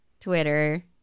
Twitter